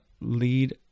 lead